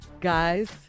guys